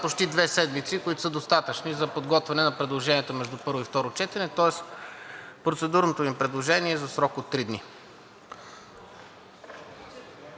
почти две седмици, които са достатъчни за подготвяне на предложенията между първо и второ четене, тоест процедурното ми предложение е за срок от три дни.